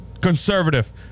conservative